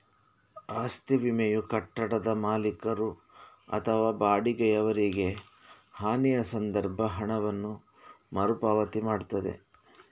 ಆಸ್ತಿ ವಿಮೆಯು ಕಟ್ಟಡದ ಮಾಲೀಕರು ಅಥವಾ ಬಾಡಿಗೆಯವರಿಗೆ ಹಾನಿಯ ಸಂದರ್ಭ ಹಣವನ್ನ ಮರು ಪಾವತಿ ಮಾಡ್ತದೆ